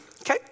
okay